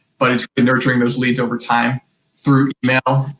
but it's nurturing those leads over time through email.